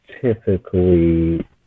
typically